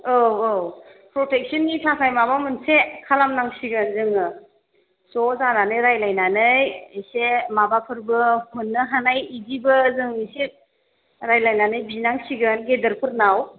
औ औ प्रटेक्स'ननि थाखाय माबा मोनसे खालामनांसिगोन जोङो ज' जानानै रायज्लायनानै एसे माबाफोरबो मोन्नो हानाय बिदिबो जों एसे रायज्लानानै बिनांसिगोन गेदेरफोरनाव